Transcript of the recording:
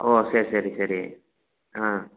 ஓ சரி சரி சரி ஆ